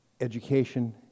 education